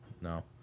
no